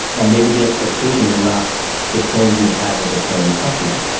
and maybe the expectation is not the same you would have with the paying customer.